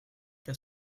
que